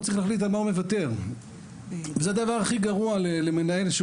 הוא צריך להחליט על מה הוא מוותר וזה דבר הכי גרוע למנהל שהוא